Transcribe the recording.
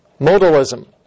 modalism